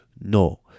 no